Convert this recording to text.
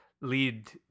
lead